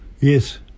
Yes